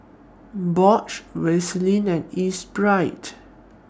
Bosch Vaseline and Espirit